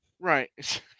right